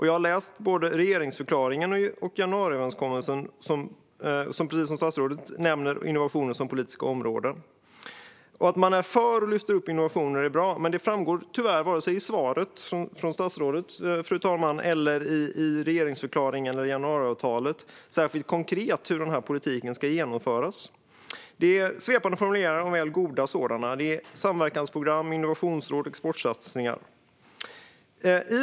Jag har läst både regeringsförklaringen och januariöverenskommelsen, och i båda nämns innovationer som politiska områden. Att man är för och lyfter fram innovationer är bra. Men det framgår tyvärr inte vare sig i svaret från statsrådet, i regeringsförklaringen eller i januariavtalet särskilt konkret hur denna politik ska genomföras. Det är svepande formuleringar, om än goda sådana. Det är samverkansprogram, innovationsråd och exportsatsningar.